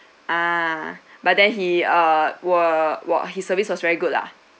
ah but then he uh were were his service was very good lah